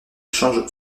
change